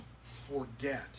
forget